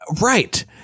right